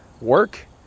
work